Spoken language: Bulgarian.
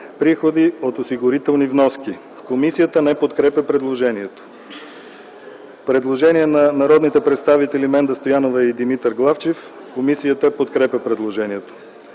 приходи от осигурителни вноски. Комисията не подкрепя предложението. Предложение на народните представители Менда Стоянова и Димитър Главчев. Комисията подкрепя предложението.